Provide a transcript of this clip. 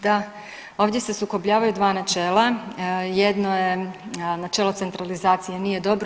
Da, ovdje se sukobljavaju dva načela, jedno je načelo centralizacije, nije dobro.